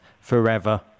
forever